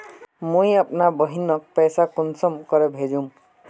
मुई अपना बहिनोक पैसा कुंसम के भेजुम?